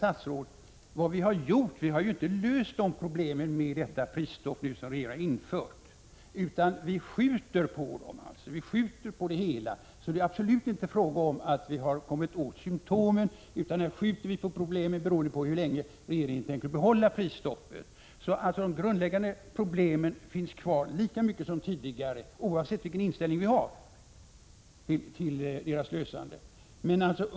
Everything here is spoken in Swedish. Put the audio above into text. Fru talman! Men med det prisstopp regeringen infört har vi inte löst problemen. Vi bara skjuter på det hela, så det är absolut inte fråga om annat än att komma åt symptomen. Vi skjuter på problemet beroende på hur länge regeringen tänker behålla prisstoppet. De grundläggande problemen finns kvar lika mycket som tidigare oavsett vilken inställning vi har till deras lösande.